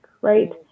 right